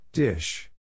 Dish